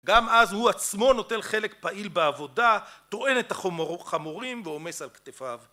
גם אז הוא עצמו נוטל חלק פעיל בעבודה, טוען את החמורים ועומס על כתפיו.